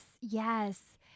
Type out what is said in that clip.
Yes